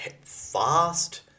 fast